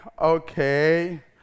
okay